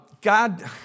God